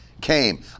came